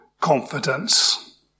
confidence